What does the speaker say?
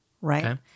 right